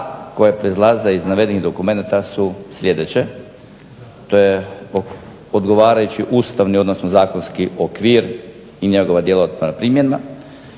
koji proizlaze iz navedenih dokumenata su sljedeće: to je odgovarajući ustavni odnosno zakonski okvir i njegova djelatna primjena,